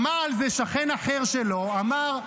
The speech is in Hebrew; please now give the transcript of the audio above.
שמע על זה שכן אחר שלו ואמר: